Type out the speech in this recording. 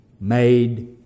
made